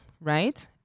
right